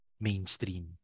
mainstream